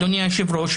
אדוני היושב-ראש,